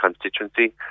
constituency